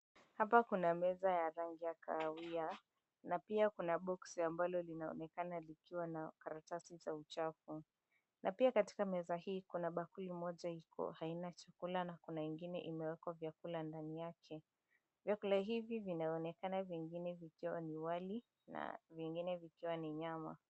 Hapa kuna meza ya rangi ya kahawia na pia kuna box ambalo linaonekana likiwa na karatasi za uchafu. Na pia katika meza hii kuna bakuli moja iko haina chakula na kuna wengine imewekwa vyakula ndani yake. Vyakula hivi vinaonekana vingine vikiwa ni wali na vingine vikiwa ni nyama.